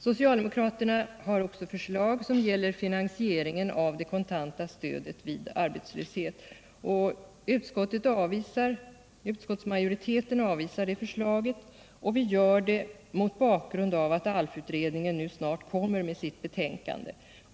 Socialdemokraterna har också förslag som gäller finansieringen av det kontanta stödet vid arbetslöshet. Utskottsmajoriteten avvisar det förslaget, och vi gör det mot bakgrund av att ALF-utredningen nu snart kommer med sitt betänkande.